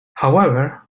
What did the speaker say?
however